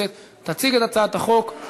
הצביעה בטעות במקומו של עמיר פרץ,